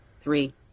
three